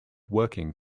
working